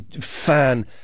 fan